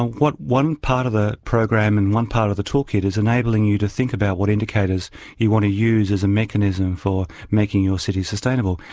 what one part of the program and one part of the toolkit is enabling you to think about what indicators you want to use as a mechanism for making your city sustainable.